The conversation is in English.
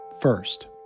first